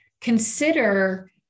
consider